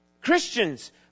Christians